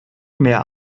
mehr